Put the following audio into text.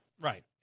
Right